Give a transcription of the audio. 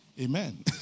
Amen